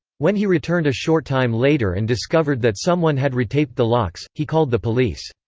when he returned a short time later and discovered that someone had retaped the locks, he called the police.